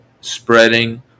spreading